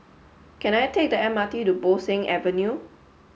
can I take the M R T to Bo Seng Avenue